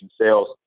sales